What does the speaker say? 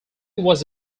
was